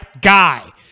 guy